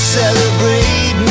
celebrate